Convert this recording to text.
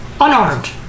Unarmed